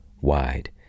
wide